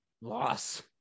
loss